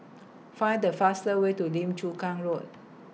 Find The fastest Way to Lim Chu Kang Road